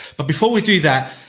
but, before we do that,